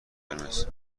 قرمز